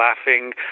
laughing